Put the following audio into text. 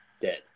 dead